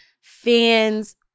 fans